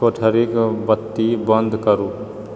कोठरीके बत्ती बंद करू